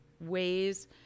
ways